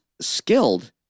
skilled